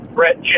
Brett